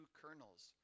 kernels